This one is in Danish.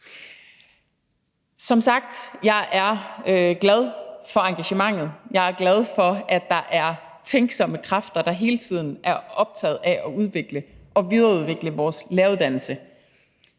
Som sagt er jeg glad for engagementet. Jeg er glad for, at der er tænksomme kræfter, der hele tiden er optaget af at videreudvikle vores læreruddannelse.